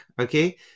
Okay